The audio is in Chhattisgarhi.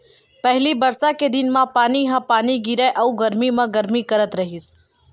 पहिली बरसा के दिन म पानी ह गिरय अउ गरमी म गरमी करथ रहिस